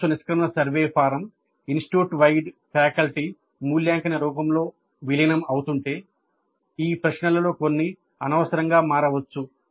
course నిష్క్రమణ survey form institute wide faculty మూల్యాంకన రూపంలో విలీనం అవుతుంటే ఈ ప్రశ్నలలో కొన్ని అనవసరంగా మారవచ్చు